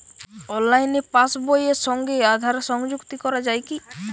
অনলাইনে পাশ বইয়ের সঙ্গে আধার সংযুক্তি করা যায় কি?